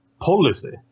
policy